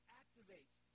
activates